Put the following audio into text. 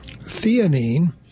theanine